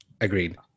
Agreed